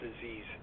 disease